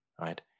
right